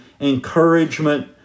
encouragement